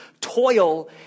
toil